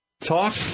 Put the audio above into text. Talk